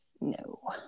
No